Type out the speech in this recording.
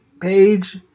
Page